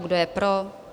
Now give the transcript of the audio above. Kdo je pro?